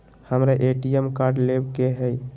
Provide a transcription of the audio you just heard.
हमारा ATM card लेव के हई